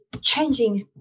changing